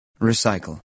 Recycle